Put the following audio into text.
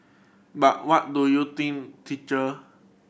but what do you think teacher